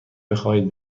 بخواهید